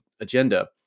agenda